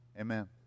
Amen